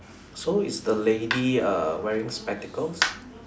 so is the lady uh wearing spectacles